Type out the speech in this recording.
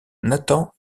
nathan